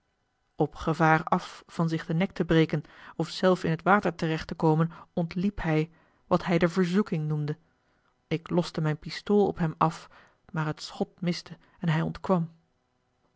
op gevaar af van zich den nek te breken of zelf in het water terecht te komen ontliep hij wat hij de verzoeking noemde ik loste mijn pistool op hem af maar het schot miste en hij ontkwam